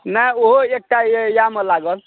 नहि ओहो एकटा यए इएहमे लागल